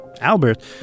Albert